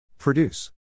Produce